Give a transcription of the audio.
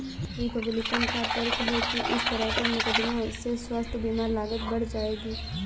Republican का तर्क है कि इस तरह के मुकदमों से स्वास्थ्य बीमा लागत बढ़ जाएगी